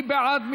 מי בעד?